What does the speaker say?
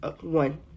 One